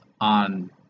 on